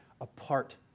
apart